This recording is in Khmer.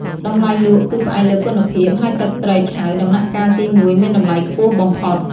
តម្លៃលក់ គឺផ្អែកលើគុណភាព ហើយទឹកត្រីឆៅដំណាក់កាលទីមួយមានតម្លៃខ្ពស់បំផុត។